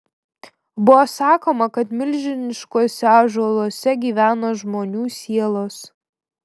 buvo sakoma kad milžiniškuose ąžuoluose gyvena žmonių sielos